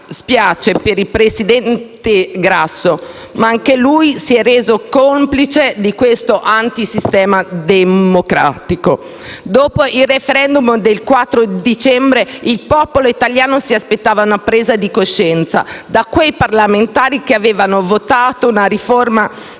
spiace per il presidente Grasso, ma anche lui si è reso complice di questo antisistema democratico. Dopo il *referendum* del quattro dicembre il popolo italiano si aspettava una presa di coscienza da quei parlamentari che avevano votato una riforma